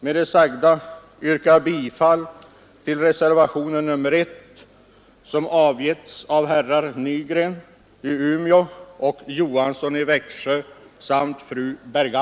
Med det sagda yrkar jag bifall till reservationen 1 av herr Nygren m.fl.